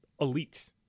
elite